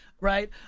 right